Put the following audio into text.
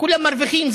כולם מרוויחים.